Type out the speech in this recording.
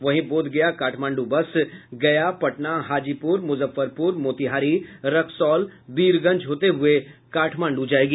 वहीं बोधगया काठमांडू बस गया पटना हाजीपुर मुजफ्फरपुर मोतिहारी रक्सौल वीरगंज होते हुये काठमांडू जायेगी